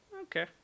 Okay